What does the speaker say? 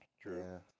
true